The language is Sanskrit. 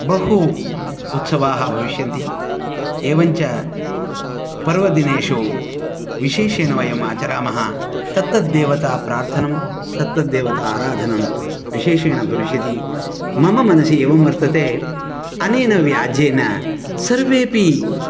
बहु उत्सवाः भविष्यन्ति एवञ्च पर्वदिनेषु विशेषेण वयम् आचरामः तत्तद्देवता प्रार्थनं तत्तद्देवता आराधनं विशेषेण भविष्यति मम मनसि एवं वर्तते अनेन व्याजेन सर्वेपि